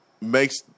makes